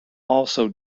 also